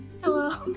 Hello